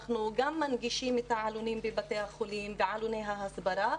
אנחנו גם מנגישים את העלונים בבתי החולים ועלוני הסברה,